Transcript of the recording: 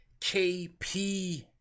KP